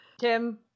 Tim